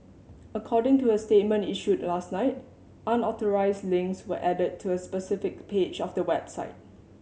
according to a statement issued last night unauthorised links were added to a specific page of the website